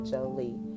Jolie